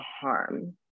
harm